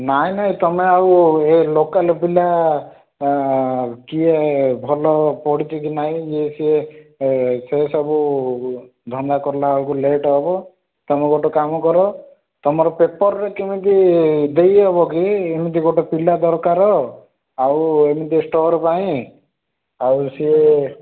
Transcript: ନାଇ ନାଇ ତମେ ଆଉ ଏ ଲୋକାଲ୍ ପିଲା ଆ କିଏ ଭଲ ପଢ଼ିଛି କି ନାହିଁ ଇଏ ସିଏ ଏ ସେ ସବୁ ଧନ୍ଦା କଲା ବେଳକୁ ଲେଟ୍ ହେବ ତେଣୁ ଗୋଟେ କାମ କର ତମର ପେପର୍ ରେ କେମିତି ଦେଇହେବ କି ଏମିତି ଗୋଟେ ପିଲା ଦରକାର ଆଉ ଏମିତି ଷ୍ଟୋର୍ ପାଇଁ ଆଉ ସିଏ